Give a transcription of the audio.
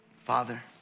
Father